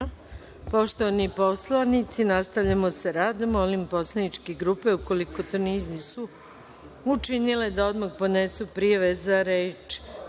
Poštovani poslanici nastavljamo sa radom. Molim poslaničke grupe ukoliko to nisu učinile da odmah podnesu prijave za reč